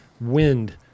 wind